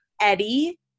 Eddie